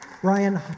Brian